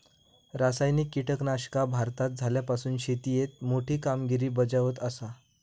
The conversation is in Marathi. रासायनिक कीटकनाशका भारतात इल्यापासून शेतीएत मोठी कामगिरी बजावत आसा